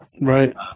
right